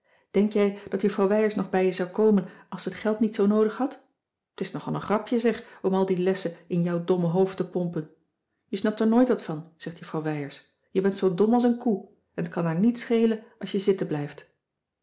heul dat juffrouw wijers nog bij je zou komen als ze t geld niet zoo noodig had t is nog al een grapje zeg om al die lessen in jouw domme hoofd te pompen je snapt er nooit wat van zegt juffrouw wijers je bent zoo dom als een koe en t kan haar niets schelen als je zitten blijft